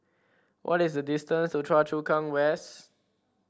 what is the distance to Choa Chu Kang West